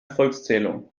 volkszählung